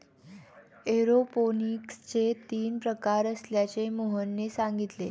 एरोपोनिक्सचे तीन प्रकार असल्याचे मोहनने सांगितले